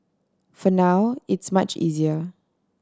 for now it's much easier